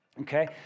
Okay